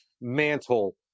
mantle